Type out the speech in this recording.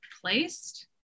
placed